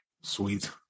Sweet